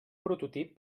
prototip